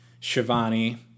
Shivani